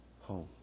Home